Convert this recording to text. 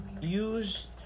use